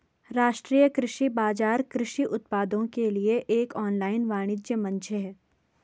राष्ट्रीय कृषि बाजार कृषि उत्पादों के लिए एक ऑनलाइन वाणिज्य मंच है